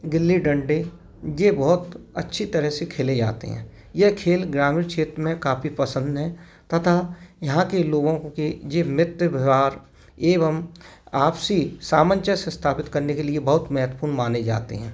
गिल्ली डंडे ये बहुत अच्छी तरह से खेले जाते हैं यह खेल ग्रामीण क्षेत्र में काफी पसंद हैं तथा यहाँ के लोगों के ये मित्र व्यवहार एवं आपसी सामंजस्य स्थापित करने के लिए बहुत महत्वपूर्ण माने जाते हैं